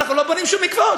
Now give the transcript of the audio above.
אנחנו לא בונים שום מקוואות.